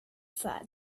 för